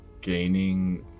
gaining